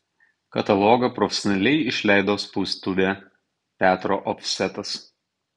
katalogą profesionaliai išleido spaustuvė petro ofsetas